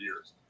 years